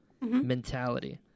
mentality